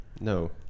No